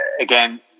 again